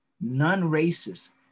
Non-racist